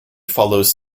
follows